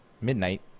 midnight